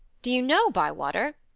do you know, bywater?